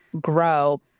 grow